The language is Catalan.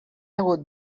hagut